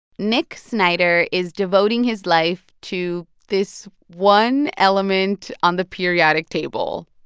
nick snyder is devoting his life to this one element on the periodic table,